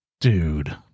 dude